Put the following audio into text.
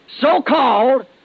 so-called